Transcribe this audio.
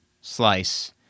slice